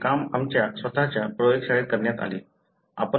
हे काम आमच्या स्वतःच्या प्रयोगशाळेत करण्यात आले